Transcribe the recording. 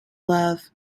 love